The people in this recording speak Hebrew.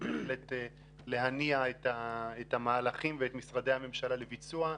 בהחלט להניע את המהלכים ואת משרדי הממשלה לביצוע.